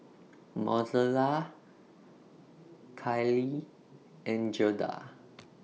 Mozella Kylie and Gerda